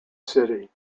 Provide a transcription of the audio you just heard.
city